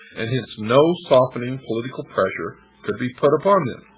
and hence no softening political pressure could be put upon them.